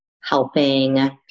helping